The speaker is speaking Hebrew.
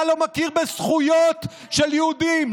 אתה לא מכיר בזכויות של יהודים,